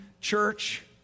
church